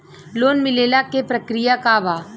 Loan मिलेला के प्रक्रिया का बा?